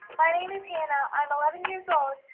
my name is hannah. i'm eleven years old,